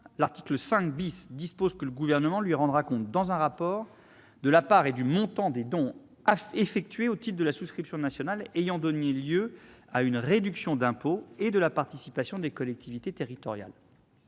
L'article 5 dispose ainsi que le Gouvernement lui rendra compte, dans un rapport, de la part et du montant des dons effectués au titre de la souscription nationale ayant donné lieu à une réduction d'impôt, et de la participation des collectivités territoriales.